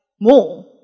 more